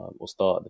Ustad